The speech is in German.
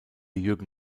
jürgen